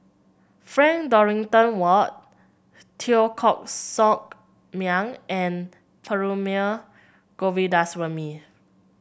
Frank Dorrington Ward Teo Koh Sock Miang and Perumal Govindaswamy